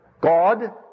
God